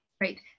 Great